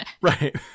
Right